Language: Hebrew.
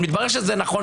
מתברר שזה נכון.